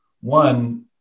one